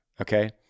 okay